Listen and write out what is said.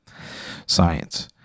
Science